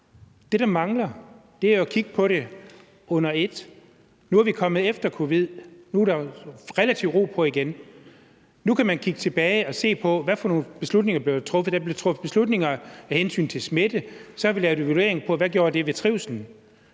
Det, der mangler, er at kigge på det under et. Nu er vi kommet hen et sted efter covid-19. Nu er der relativt ro på igen. Nu kan man kigge tilbage og se på, hvad for nogle beslutninger der blev truffet. Der blev truffet beslutninger med hensyn til smitte. Så har vi lavet evaluering af, hvad det gjorde ved trivslen,